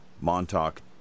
Montauk